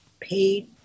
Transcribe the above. paid